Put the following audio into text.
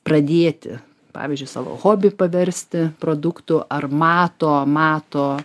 pradėti pavyzdžiui savo hobį paversti produktu ar mato mato